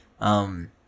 Um-